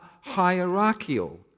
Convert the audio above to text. hierarchical